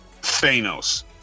Thanos